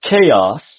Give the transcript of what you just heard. chaos